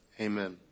Amen